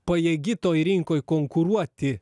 pajėgi toj rinkoj konkuruoti